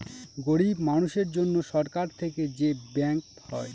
গরিব মানুষের জন্য সরকার থেকে যে ব্যাঙ্ক হয়